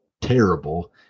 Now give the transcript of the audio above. terrible